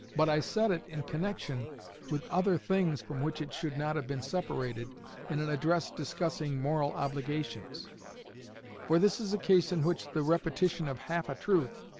but i said it in connection with other things from which it should not have been separated in an address discussing moral obligations for this is a case in which the repetition of half a truth,